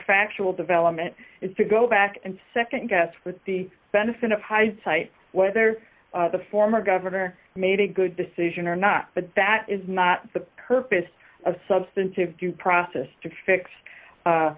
factual development is to go back and nd guess with the benefit of hindsight whether the former governor made a good decision or not but that is not the purpose of substantive due process to fix